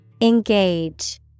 Engage